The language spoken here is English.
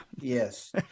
Yes